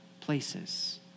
places